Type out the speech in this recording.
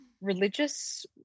religious